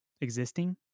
existing